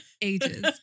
ages